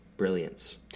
brilliance